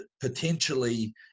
potentially